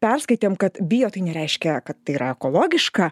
perskaitėm kad bio tai nereiškia kad tai yra ekologiška